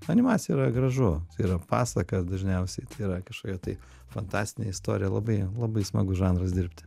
animacija yra gražu tai yra pasaka dažniausiai tai yra kažkokia tai fantastinė istorija labai labai smagus žanras dirbti